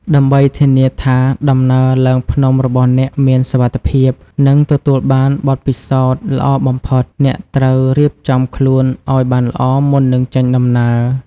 ដើម្បីធានាថាដំណើរឡើងភ្នំរបស់អ្នកមានសុវត្ថិភាព និងទទួលបានបទពិសោធន៍ល្អបំផុត អ្នកត្រូវរៀបចំខ្លួនឲ្យបានល្អមុននឹងចេញដំណើរ។